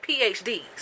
PhDs